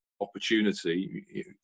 opportunity